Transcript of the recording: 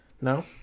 no